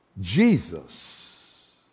Jesus